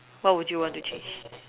what would you want to change